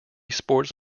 sports